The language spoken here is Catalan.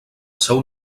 seu